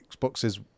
Xboxes